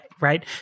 Right